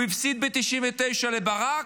הוא הפסיד ב-1999 לברק,